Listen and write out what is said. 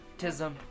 tism